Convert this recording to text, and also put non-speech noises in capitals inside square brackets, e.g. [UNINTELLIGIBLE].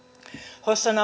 hossan [UNINTELLIGIBLE]